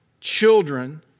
children